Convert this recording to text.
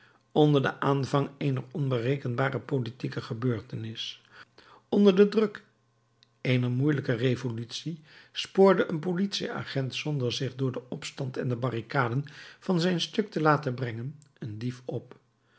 onder den aanvang eener onberekenbare politieke gebeurtenis onder den druk eener moeielijke revolutie spoorde een politieagent zonder zich door den opstand en de barricaden van zijn stuk te laten brengen een dief op